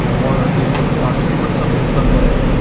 you know want our facebook stock to be worth something someday.